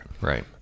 right